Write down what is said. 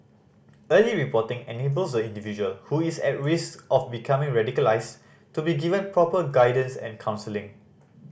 early reporting enables the individual who is at risk of becoming radicalised to be given proper guidance and counselling